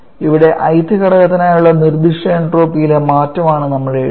ഇവിടെ ith ഘടകത്തിനായുള്ള നിർദ്ദിഷ്ട എൻട്രോപ്പിയിലെ മാറ്റം ആണ് നമ്മൾ എഴുതുന്നത്